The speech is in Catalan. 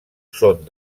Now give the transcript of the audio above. són